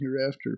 hereafter